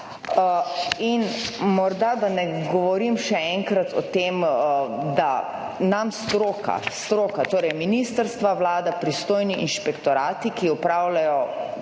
In morda, da ne govorim še enkrat o tem, da nam stroka, stroka, torej ministrstva, vlada, pristojni inšpektorati, ki opravljajo